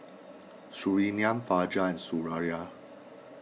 Surinam Fajar and Suraya